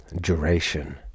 duration